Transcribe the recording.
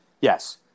Yes